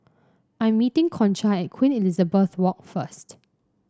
I'm meeting Concha at Queen Elizabeth Walk first